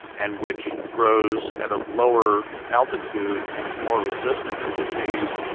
and which grows at a lower altitude and is more resistant to disease.